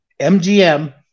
MGM